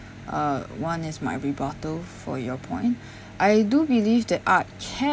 uh one is my rebuttal for your point I do believe that art can